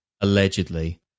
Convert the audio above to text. allegedly